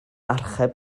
archeb